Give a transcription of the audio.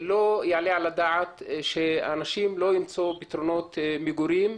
לא יעלה על הדעת שאנשים לא ימצאו פתרונות מגורים,